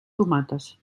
tomates